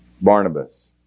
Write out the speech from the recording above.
Barnabas